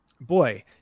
boy